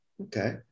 okay